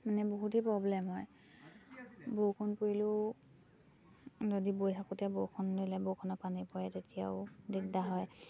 মানে বহুতেই পব্লেম হয় বৰষুণ পৰিলেও যদি বৈ থাকোঁতে বৰষুণ দিলে বৰষুণত পানী পৰে তেতিয়াও দিগদাৰ হয়